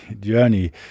journey